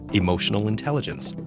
emotional intelligence,